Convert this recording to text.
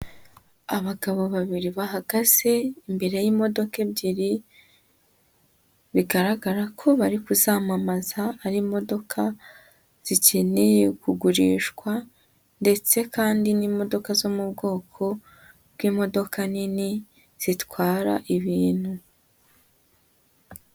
Abagabo babiri bahagaze imbere y'imodoka ebyiri, bigaragara ko bari kuzamamaza ari imodoka zikeneye kugurishwa ndetse kandi n'imodoka zo mu bwoko bw'imodoka nini zitwara ibintu.